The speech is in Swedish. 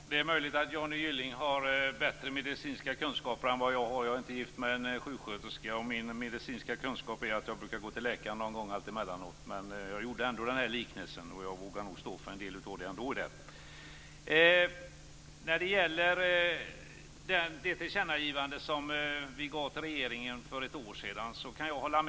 Fru talman! Det är möjligt att Johnny Gylling har bättre medicinska kunskaper än jag. Jag är inte gift med en sjuksköterska och min medicinska kunskap bygger på att jag emellanåt går till läkaren. Jag gjorde ändå liknelsen i fråga och vågar nog stå för en del av det här. Jag kan hålla med om mycket när det gäller vårt tillkännagivande till regeringen för ett år sedan.